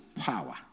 power